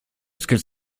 qu’elles